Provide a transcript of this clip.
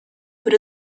but